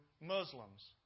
Muslims